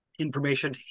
Information